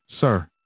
Sir